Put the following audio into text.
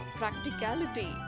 practicality